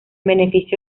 beneficio